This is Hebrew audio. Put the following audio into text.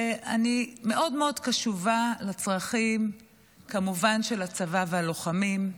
אני מאוד מאוד קשובה לצרכים כמובן של הצבא והלוחמים,